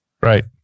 right